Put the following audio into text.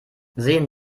sehen